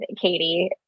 Katie